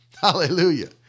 Hallelujah